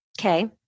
Okay